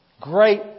great